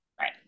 Right